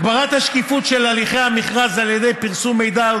הגברת השקיפות של הליכי המכרז על ידי פרסום מידע על